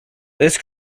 this